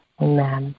Amen